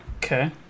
Okay